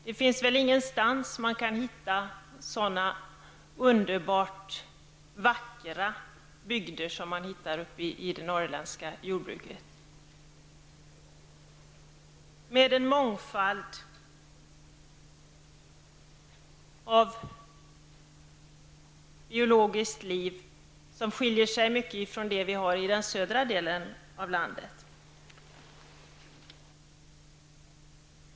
Det finns väl ingenstans man kan hitta sådana underbart vackra bygder som man hittar i det norrländska jordbruket, med en mångfald av biologiskt liv som skiljer sig mycket från det som finns i den södra delen av landet.